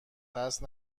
قصد